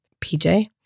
PJ